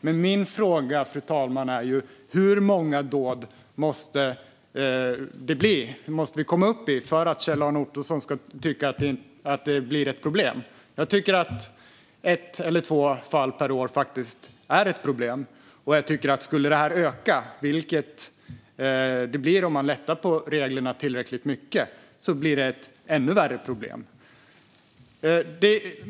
Min fråga är dock, fru talman: Hur många dåd måste vi komma upp i för att Kjell-Arne Ottosson ska tycka att det blir ett problem? Jag tycker att ett eller två fall per år faktiskt är ett problem. Och skulle det öka, vilket kommer att ske om man lättar på reglerna tillräckligt mycket, blir det ett ännu värre problem.